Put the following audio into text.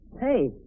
hey